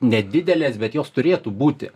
nedidelės bet jos turėtų būti